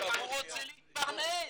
הוא רוצה להתפרנס.